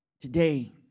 Today